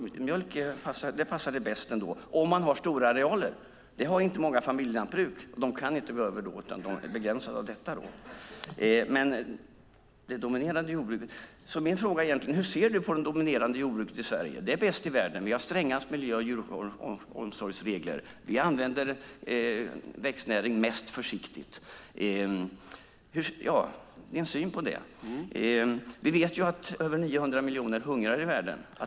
Mjölk passar ändå bäst om man har stora arealer. Det har inte familjelantbruk. De kan inte gå över, utan är begränsade av detta. Min fråga är: Hur ser du på det dominerande jordbruket i Sverige? Det är bäst i världen. Vi har strängast miljö och djuromsorgsregler. Vi använder växtnäring mest försiktigt. Vi vet att över 900 miljoner hungrar i världen.